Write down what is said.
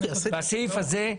הסעיף הזה,